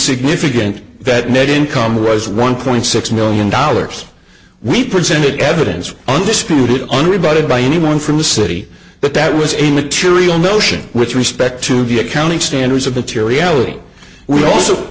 significant that net income was one point six million dollars we presented evidence undisputed on rebutted by anyone from the city but that was a material notion which respect to the accounting standards of the